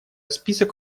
список